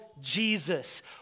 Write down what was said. Jesus